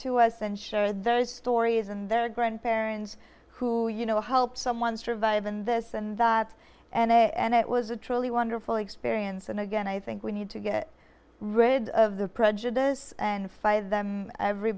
to us and share their stories and their grandparents who you know helped someone survive and this and that and it was a truly wonderful experience and again i think we need to get rid of the prejudice and fight them every